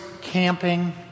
camping